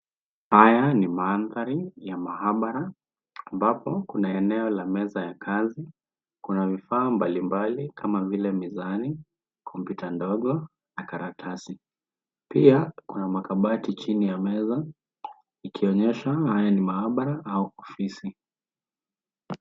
Haya ni mandhari ya maabara ambapo kuna eneo la meza ya kazi. Kuna vifaa mbali mbali kama vile mizani, kompyuta ndogo na karatasi. Pia kuna makabati chini ya meza ikionyesha haya ni maabara au ofisi.